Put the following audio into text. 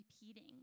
repeating